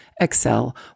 excel